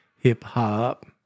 hip-hop